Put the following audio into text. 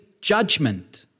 judgment